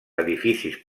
edificis